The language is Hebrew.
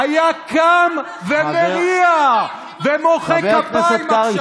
היה קם ומריע ומוחא כפיים עכשיו.